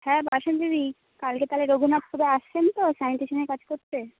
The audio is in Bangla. হ্যাঁ বাসন্তীদি কালকে তাহলে রঘুনাথপুরে আসছেন তো স্যানিটেশনের কাজ করতে